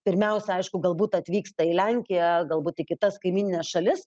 pirmiausia aišku galbūt atvyksta į lenkiją galbūt į kitas kaimynines šalis